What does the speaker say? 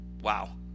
Wow